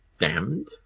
Damned